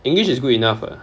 english is good enough ah